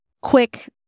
quick